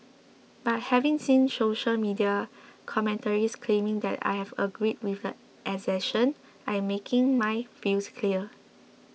but having seen social media commentaries claiming that I had agreed with the assertion I am making my views clear